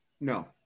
No